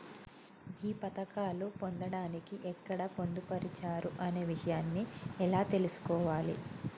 ఈ పథకాలు పొందడానికి ఎక్కడ పొందుపరిచారు అనే విషయాన్ని ఎలా తెలుసుకోవాలి?